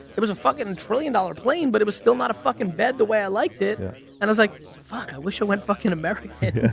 it was a fucking and trillion-dollar plane but it was still not a fucking bed the way i liked it and i was like fuck, i wish i went fucking american. yeah,